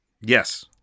Yes